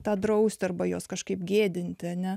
tą drausti arba jos kažkaip gėdinti ane